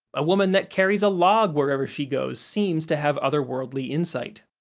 a woman that carries a log wherever she goes seems to have otherworldly insight.